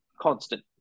constant